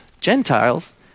Gentiles